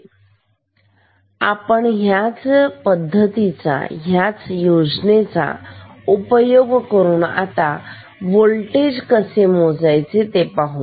आता आपण ह्याच योजनांचा उपयोग करून होल्टेज कसे मोजायचे ते पाहू